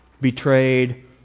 betrayed